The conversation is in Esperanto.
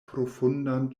profundan